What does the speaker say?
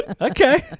okay